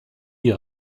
die